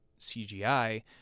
CGI